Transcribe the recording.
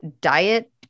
diet